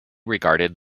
regarded